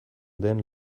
den